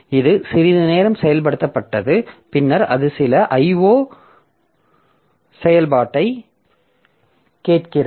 இது சிறிது நேரம் செயல்படுத்தப்பட்டது பின்னர் அது சில IO செயல்பாட்டைக் கேட்கிறது